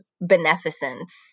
beneficence